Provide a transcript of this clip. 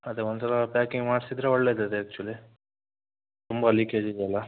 ಅದೇ ಒಂದ್ಸಲ ಪ್ಯಾಕಿಂಗ್ ಮಾಡಿಸಿದರೆ ಒಳ್ಳೆಯದದು ಆ್ಯಕ್ಚುಲಿ ತುಂಬ ಲೀಕೇಜ್ ಇದೆ ಅಲ್ವಾ